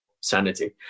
sanity